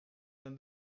than